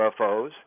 UFOs